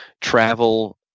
Travel